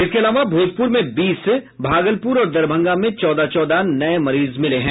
इसके अलावा भोजपूर में बीस भागलपूर और दरभंगा में चौदह चौदह नये मरीज मिले हैं